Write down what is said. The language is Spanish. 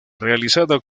realizada